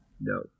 No